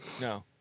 No